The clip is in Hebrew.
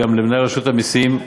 גם למנהל רשות המסים,